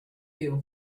you